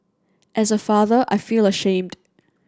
as a father I feel ashamed